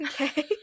Okay